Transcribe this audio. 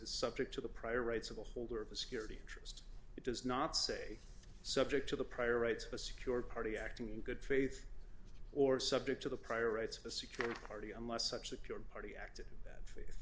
subject to the prior rights of the holder of a security interest it does not say subject to the prior rights of a secure party acting in good faith or subject to the prior rights of the security party unless such secured party acted that